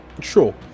sure